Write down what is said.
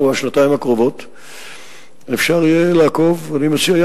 והסכומים המושקעים, אני מוכרח